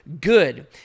good